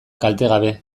kaltegabe